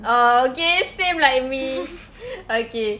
oh okay same like me okay